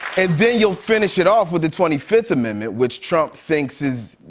and then you'll finish it off with the twenty fifth amendment, which trump thinks is.